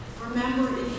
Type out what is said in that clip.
Remember